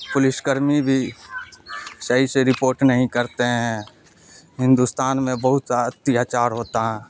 police کرمی بھی صحیح سے رپورٹ نہیں کرتے ہیں ہندوستان میں بہت اتیاچار ہوتا ہے